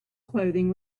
clothing